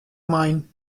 mine